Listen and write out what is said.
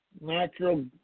natural